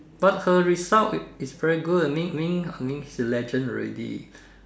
but her result is very good mean mean mean she's a legend already